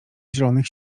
zielonych